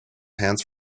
hands